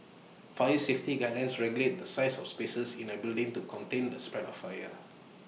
fire safety guidelines regulate the size of spaces in A building to contain the spread of fire